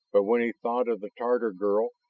but when he thought of the tatar girl,